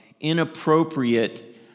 inappropriate